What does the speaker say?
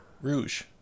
Rouge